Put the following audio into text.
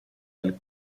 del